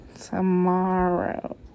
tomorrow